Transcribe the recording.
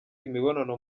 imibonano